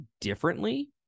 differently